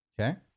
Okay